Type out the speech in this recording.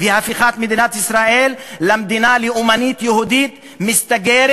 והפיכת מדינת ישראל למדינה לאומנית יהודית שמסתגרת